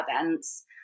events